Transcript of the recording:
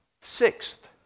sixth